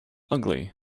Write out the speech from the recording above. ugly